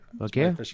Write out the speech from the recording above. Okay